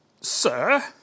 Sir